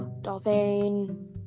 dolphin